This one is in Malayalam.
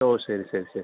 ഓ ശരി ശരി ശരി